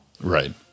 Right